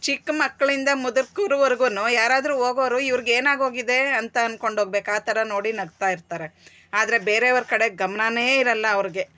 ಚಿಕ್ಕ್ ಮಕ್ಳಿಂದ ಮುದುಕುರ್ವರ್ಗುನು ಯಾರದ್ರೂ ಹೋಗೋರು ಇವ್ರ್ಗೆ ಏನಾಗೋಗಿದೆ ಅಂತ ಅಂದ್ಕೊಂಡು ಹೋಗ್ಬೇಕು ಆ ಥರ ನೋಡಿ ನಗ್ತಾ ಇರ್ತಾರೆ ಆದರೆ ಬೇರೆಯವರ ಕಡೆ ಗಮ್ನವೇ ಇರೋಲ್ಲ ಅವ್ರಿಗೆ